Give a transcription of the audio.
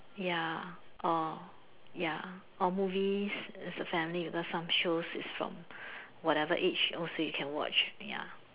ya or ya or movies as a family or some shows is from whatever age also you can watch ya